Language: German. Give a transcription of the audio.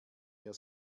ihr